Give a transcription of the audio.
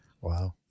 Wow